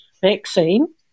vaccine